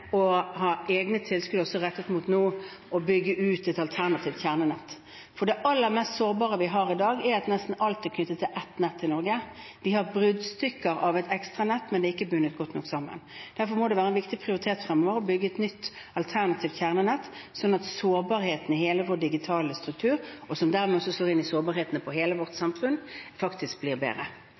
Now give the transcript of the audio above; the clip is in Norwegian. ha egne tilskudd rettet mot å bygge ut et alternativt kjernenett, for det aller mest sårbare i dag, er at nesten alt er knyttet til ett nett i Norge. Vi har bruddstykker av et ekstranett, men det er ikke bundet godt nok sammen. Derfor må det være en viktig prioritet fremover å bygge et nytt, alternativt kjernenett, slik at sårbarheten i hele vår digitale struktur, som også slår inn i sårbarheten i hele vårt samfunn, blir